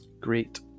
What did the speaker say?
great